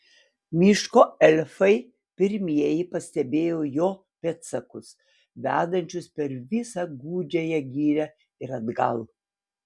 miško elfai pirmieji pastebėjo jo pėdsakus vedančius per visą gūdžiąją girią ir atgal